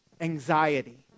anxiety